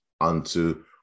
unto